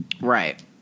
Right